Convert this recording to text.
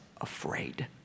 afraid